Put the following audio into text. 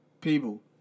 people